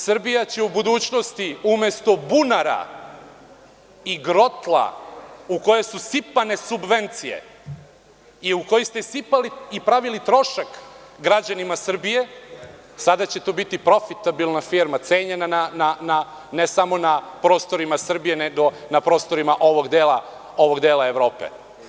Srbija će u budućnosti umesto bunara i grotla u koje su sipane subvencije i u koji ste sipali i pravili trošak građanima Srbije, sada će to biti profitabilna firma, cenjena ne samo na prostorima Srbije, nego na prostorima ovog dela Evrope.